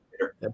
later